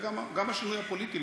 וגם השינוי הפוליטי,